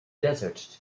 desert